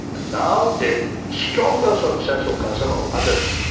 now the stronger sort of sense of concern of others,